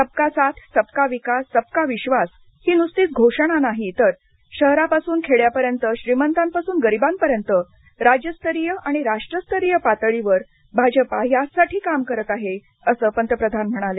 सबका साथ सबका विकास सबका विश्वास ही नुसतीच घोषणा नाही तर शहरापासून खेड्यापर्यंत श्रीमंतांपासून गरीबांपर्यंत राज्यस्तरीय आणि राष्ट्रस्तरीय पातळीवर भाजपा याचसाठी काम करत आहे असं पंतप्रधान म्हणाले